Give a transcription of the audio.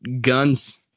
guns